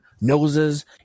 noses